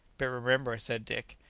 but remember, said dick,